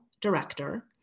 director